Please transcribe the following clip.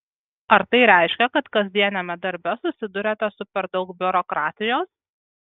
ar tai reiškia kad kasdieniame darbe susiduriate su per daug biurokratijos